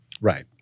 Right